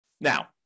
Now